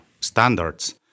standards